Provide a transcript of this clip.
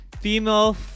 Female